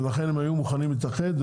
ולכן הם היו מוכנים להתאחד.